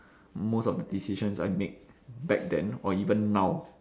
most of the decisions I make back then or even now